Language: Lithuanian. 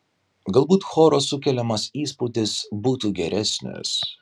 galbūt choro sukeliamas įspūdis būtų geresnis